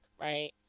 right